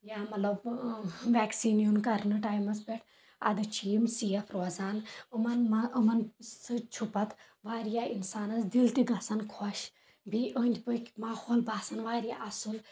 یا مطلب ویکسیٖن یُن کَرنہٕ ٹایمَس پٮ۪ٹھ اَدٕ چھِ یِم سیف روزان یِمن ما یِمن سۭتۍ چھُ پَتہٕ واریاہ اِنسانَس دِل تہِ گژھان خۄش بیٚیہِ أنٛدۍ پٔکۍ ماحول باسان واریاہ اَصٕل